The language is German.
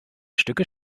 stücke